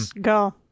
Go